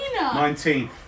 Nineteen